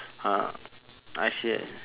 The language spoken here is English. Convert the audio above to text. ah I see